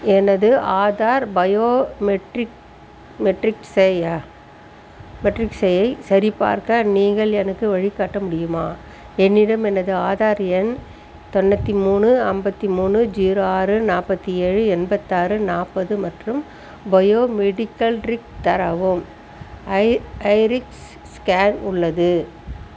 எனது Aadhaar biometric metric செய்யா metric செய்யை சரிபார்க்க நீங்கள் எனக்கு வழிகாட்ட முடியுமா என்னிடம் எனது ஆதார் எண் தொண்ணூற்று மூணு ஐம்பத்தி மூணு ஜீரோ ஆறு நாற்பத்தி ஏழு எண்பத்தாறு நாற்பது மற்றும் பயோ மெடிகல்ட்ரிக் தரவும் ஐ ஐரிக்ஸ் ஸ்கேன் உள்ளது